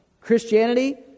Christianity